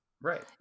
right